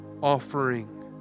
Offering